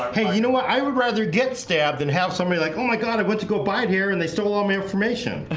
hey, you know what i would rather get stabbed and have somebody like oh my god i went to go bite here, and they still owe me information.